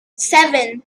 seven